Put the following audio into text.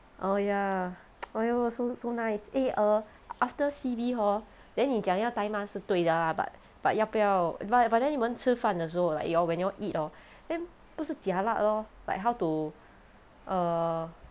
oh ya !aiyo! so so nice eh err after C_B hor then 你讲要戴 mask 是对的啦 but but 要不要 but but then 你们吃饭的时候 like you all when you all eat hor then 不是 jialat lor like how to err